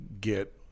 get